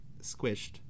Squished